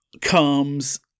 comes